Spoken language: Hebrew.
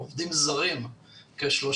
עובדים זרים כ-3,600.